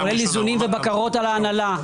הכולל איזונים ובקרות על ההנהלה,